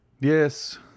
Yes